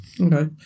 Okay